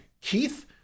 Keith